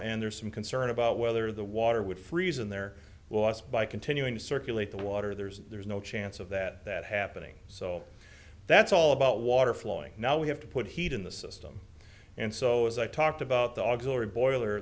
and there's some concern about whether the water would freeze in their loss by continuing to circulate the water there's there's no chance of that that happening so that's all about water flowing now we have to put heat in the system and so as i talked about the auxiliary boiler